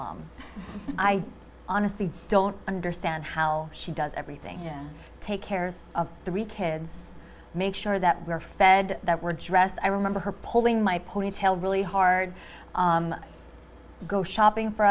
mom i honestly don't understand how she does everything take care of three kids make sure that we're fed that we're dressed i remember her pulling my ponytail really hard go shopping for